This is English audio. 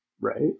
right